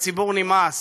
לך לבחירות,